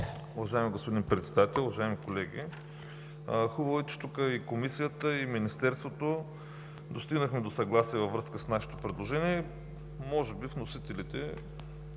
Уважаеми господин Председател, уважаеми колеги! Хубаво е, че тук и Комисията, и Министерството достигнахме до съгласие във връзка с нашето предложение. Може би вносителите,